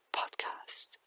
podcast